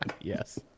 yes